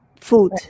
food